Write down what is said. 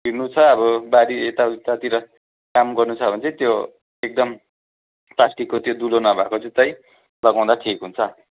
हिँडनु छ अब बारी यताउतातिर काम गर्नुछ भने चाहिँ त्यो एकदम प्लास्टिकको त्यो दुलो नभएको चाहिँ लगाउँदा ठिक हुन्छ